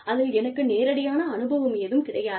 அதில் எனக்கு நேரடியான அனுபவம் ஏதும் கிடையாது